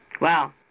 Wow